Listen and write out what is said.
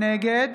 נגד